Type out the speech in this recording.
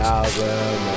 album